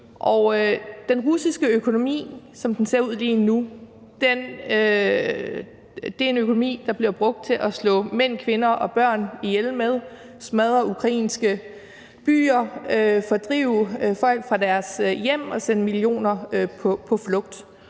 Den russiske økonomi er, som den ser ud lige nu, en økonomi, der bliver brugt til at slå mænd, kvinder og børn ihjel, smadre ukrainske byer, fordrive folk fra deres hjem og sende millioner på flugt.